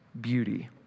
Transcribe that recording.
beauty